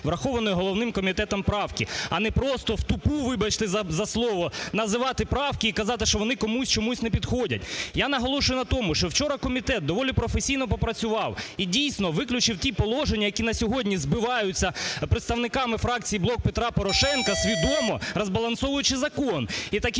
врахованої головним комітетом правки, а не просто в тупу, вибачте за слово, називати правки і казати, що вони комусь чомусь не підходять. Я наголошую на тому, що вчора комітет доволі професійно попрацював і, дійсно, виключив ті положення, які на сьогодні збиваються представниками фракції "Блоку Петра Порошенка" свідомо, розбалансовуючи закон.